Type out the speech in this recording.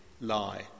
lie